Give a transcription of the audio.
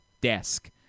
desk